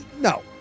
No